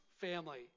family